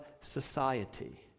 society